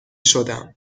شدم